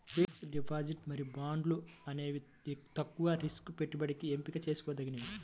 fixed deposit మరియు బాండ్లు అనేవి తక్కువ రిస్క్ పెట్టుబడికి ఎంపిక చేసుకోదగినవి